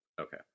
Okay